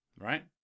right